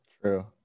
True